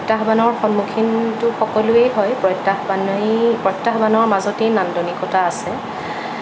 প্ৰত্যাহ্বানৰ সন্মুখীনতো সকলোৱেই হয় প্ৰত্য়াহ্বানেই প্ৰত্যাহ্বানৰ মাজতেই নান্দনিকতা আছে